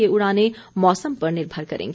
ये उड़ानें मौसम पर निर्भर करेगी